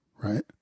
right